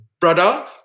brother